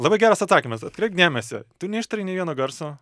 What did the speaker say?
labai geras atsakymas atkreipk dėmesį tu neištarei nė vieno garso